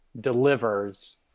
delivers